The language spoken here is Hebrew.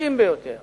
קשים ביותר